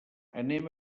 anem